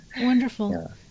Wonderful